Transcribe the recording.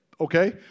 okay